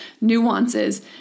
nuances